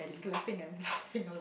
slapping and laughing a lot